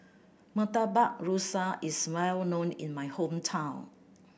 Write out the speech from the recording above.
Murtabak Rusa is well known in my hometown